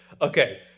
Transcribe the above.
Okay